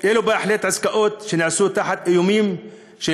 אלו בהחלט עסקאות שנעשו תחת איומים של